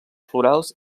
florals